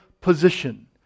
position